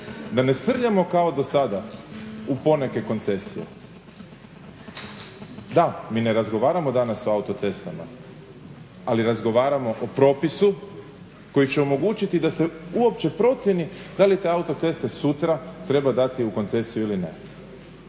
da ne srljamo kao dosada u poneke koncesije. Da, mi ne razgovaramo danas o autocestama, ali razgovaramo o propisu koji će omogućiti da se uopće procjeni da li te autoceste sutra treba dati u koncesiju ili ne?